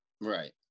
Right